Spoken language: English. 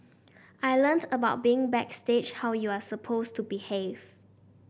I learnt about being backstage how you are supposed to behave